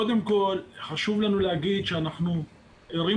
קודם כל חשוב לנו להגיד שאנחנו ערים